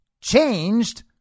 changed